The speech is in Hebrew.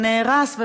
ונהרס,